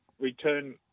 return